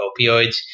opioids